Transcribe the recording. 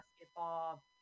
basketball